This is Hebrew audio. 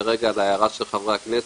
כרגע להערה של חברי הכנסת,